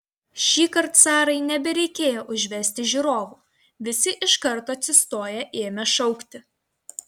šįkart sarai nebereikėjo užvesti žiūrovų visi iš karto atsistoję ėmė šaukti